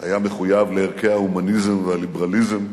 היה מחויב לערכי ההומניזם והליברליזם.